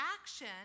action